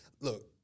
look